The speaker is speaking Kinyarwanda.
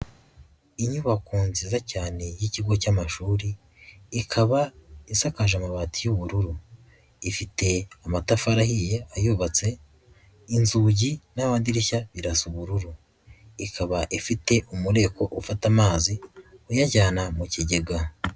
Inyubako nziza cyane y'ikigo cy'amashuri ikaba isakaje amabati y'ubururu, ifite amatafari ahiye ayubatse, inzugi n'amadirishya birasa ubururu, ikaba ifite umureko ufata amazi uyajyana mu kigega.